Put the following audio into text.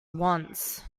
wants